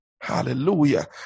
hallelujah